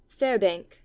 Fairbank